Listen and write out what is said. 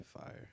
fire